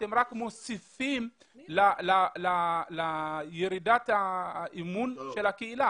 אתם רק מוסיפים לירידת האמון של הקהילה.